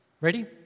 ready